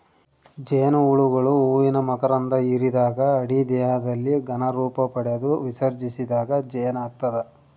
ಜೇನುಹುಳುಗಳು ಹೂವಿನ ಮಕರಂಧ ಹಿರಿದಾಗ ಅಡಿ ದೇಹದಲ್ಲಿ ಘನ ರೂಪಪಡೆದು ವಿಸರ್ಜಿಸಿದಾಗ ಜೇನಾಗ್ತದ